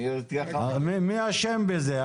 מי אשם בזה?